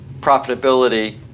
profitability